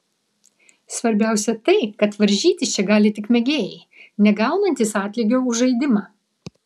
svarbiausia tai kad varžytis čia gali tik mėgėjai negaunantys atlygio už žaidimą